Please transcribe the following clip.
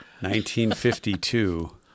1952